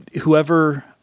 whoever